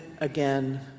again